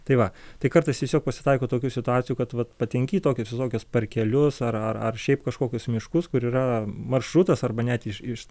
tai va tai kartais tiesiog pasitaiko tokių situacijų kad vat patenki į tokius visokius parkelius ar ar ar šiaip kažkokius miškus kur yra maršrutas arba net iš iš